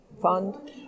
Fund